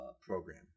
program